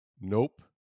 nope